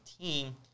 team